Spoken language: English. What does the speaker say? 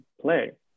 play